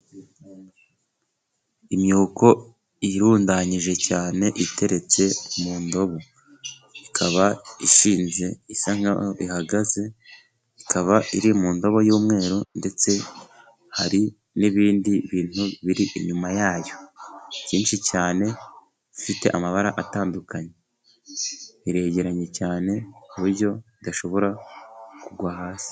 Imyuko irundanyije cyane iteretse mu ndobo. Ikaba ishinze ihagaze, ikaba iri mu ndobo y'umweru. Ndetse hari n'ibindi bintu biri inyuma yayo byinshi cyane. Ifite amabara atandukanye, iregeranye cyane ku buryo idashobora kugwa hasi.